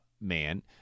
man